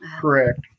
correct